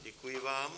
Děkuji vám.